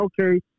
Okay